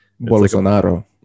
Bolsonaro